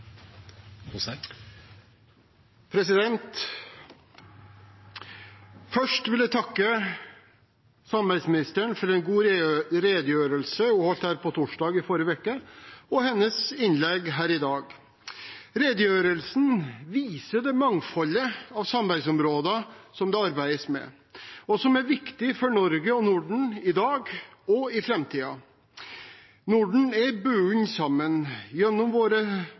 Først vil jeg takke samarbeidsministeren for en god redegjørelse holdt her på torsdag i forrige uke, og for hennes innlegg i dag. Redegjørelsen viser det mangfoldet av samarbeidsområder som det arbeides med, og som er viktig for Norge og Norden i dag og i framtiden. Norden er bundet sammen gjennom våre